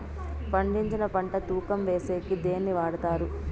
పండించిన పంట తూకం వేసేకి దేన్ని వాడతారు?